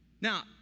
Now